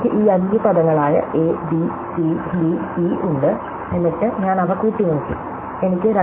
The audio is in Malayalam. എനിക്ക് ഈ അഞ്ച് പദങ്ങളായ A B C D E ഉണ്ട് എന്നിട്ട് ഞാൻ അവ കൂട്ടിനോക്കി എനിക്ക് 2